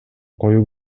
коюу